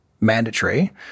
mandatory